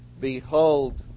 Behold